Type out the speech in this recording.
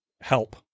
Help